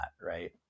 right